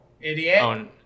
idiot